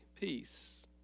Peace